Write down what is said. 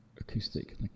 acoustic